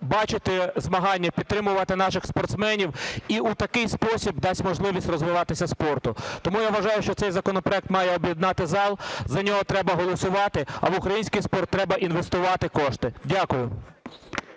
бачити змагання, підтримувати наших спортсменів, і у такий спосіб дасть можливість розвиватися спорту. Тому я вважаю, що цей законопроект має об'єднати зал, за нього треба голосувати, а в український спорт треба інвестувати кошти. Дякую.